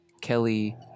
Kelly